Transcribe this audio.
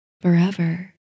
forever